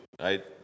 right